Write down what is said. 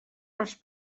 pels